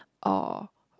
or